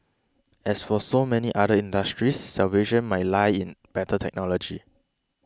as for so many other industries salvation may lie in better technology